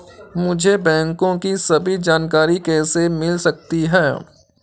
मुझे बैंकों की सभी जानकारियाँ कैसे मिल सकती हैं?